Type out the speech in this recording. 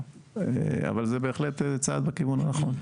אבל זה בהחלט צעד בכיוון הנכון.